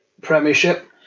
premiership